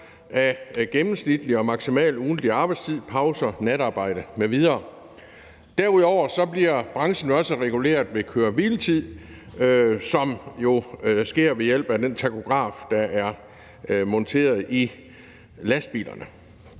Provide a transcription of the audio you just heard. den gennemsnitlige og maksimale ugentlige arbejdstid, pauser, natarbejde m.v. Derudover bliver branchen jo også reguleret i forbindelse med køre-hvile-tiden, hvilket sker ved hjælp af den takograf, der er monteret i lastbilerne.